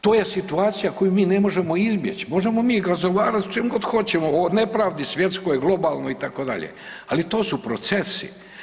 To je situacija koju mi ne možemo izbjeći, možemo mi razgovarati s čim god hoćemo, o nepravdi, svjetskoj, globalnoj, itd., ali to su procesi.